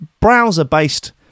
browser-based